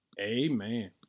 amen